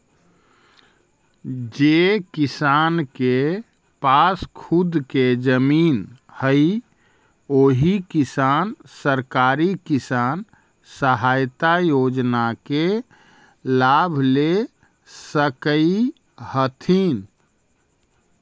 जे किसान के पास खुद के जमीन हइ ओही किसान सरकारी किसान सहायता योजना के लाभ ले सकऽ हथिन